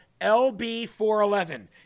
LB-411